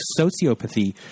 sociopathy